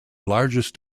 largest